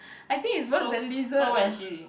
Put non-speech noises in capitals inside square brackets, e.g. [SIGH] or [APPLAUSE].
I think it's worse than lizard [LAUGHS]